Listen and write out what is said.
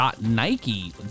.Nike